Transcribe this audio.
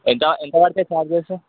ఎంత ఎంత పడతాయి చార్జెస్